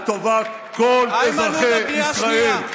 לטובת כל אזרחי ישראל,